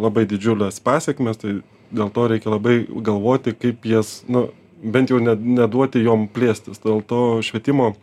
labai didžiules pasekmes tai dėl to reikia labai galvoti kaip jas nu bent jau ne neduoti jom plėstis dėl to švietimo